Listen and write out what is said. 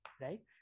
right